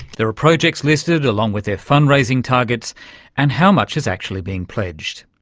there are projects listed, along with their fundraising targets and how much has actually been pledged.